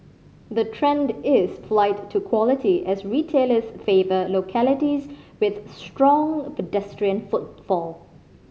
the trend is flight to quality as retailers favour localities with strong pedestrian footfall